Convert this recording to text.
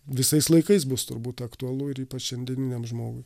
visais laikais bus turbūt aktualu ir ypač šiandieniniam žmogui